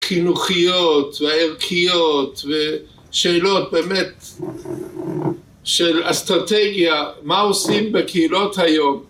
חינוכיות והערכיות ושאלות באמת של אסטרטגיה, מה עושים בקהילות היום?